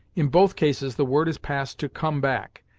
in both cases the word is passed to come back,